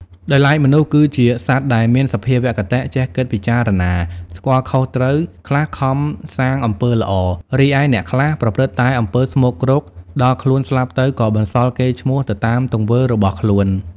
ដោយឡែក មនុស្សគឺជាសត្វដែលមានសភាវគតិ ចេះគិតពិចារណា ស្គាល់ខុសត្រូវ ខ្លះខំសាងអំពើល្អ រីឯអ្នកខ្លះប្រព្រឹត្តតែអំពើស្មោកគ្រោក ដល់ខ្លួនស្លាប់ទៅ ក៏បន្សល់កេរ្តិ៍ឈ្មោះទៅតាមទង្វើរបស់ខ្លួន។